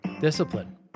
Discipline